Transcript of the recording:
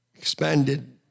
Expanded